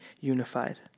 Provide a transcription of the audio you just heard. unified